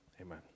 amen